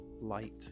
light